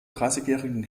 dreißigjährigen